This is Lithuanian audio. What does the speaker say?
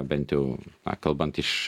bent jau na kalbant iš